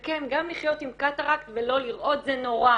וכן, גם לחיות עם קטרקט ולא לראות זה נורא.